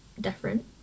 different